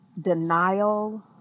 denial